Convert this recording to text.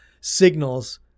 signals